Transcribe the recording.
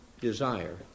desire